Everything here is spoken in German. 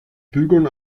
bügeln